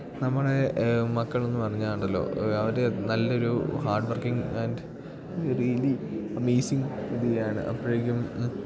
നമ്മുടെ മക്കൾ എന്നു പറഞ്ഞാൽ ഉണ്ടല്ലോ അവർ നല്ല ഒരു hard working and really amazing രീതിയാണ് അപ്പോഴേക്കും